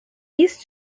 east